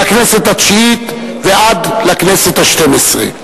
מהכנסת התשיעית עד הכנסת השתים-עשרה.